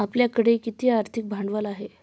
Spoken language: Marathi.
आपल्याकडे किती आर्थिक भांडवल आहे?